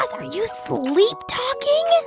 are you sleep talking?